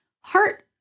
heart